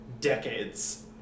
decades